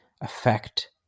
affect